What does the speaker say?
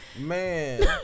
Man